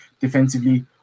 defensively